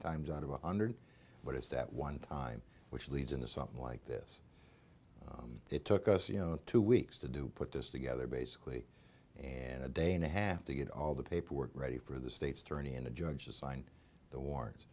times out of one hundred what is that one time which leads into something like this it took us you know two weeks to do put this together basically and a day and a half to get all the paperwork ready for the state's attorney and a judge to sign the wars